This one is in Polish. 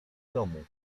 domu